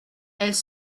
elles